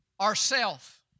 ourself